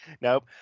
Nope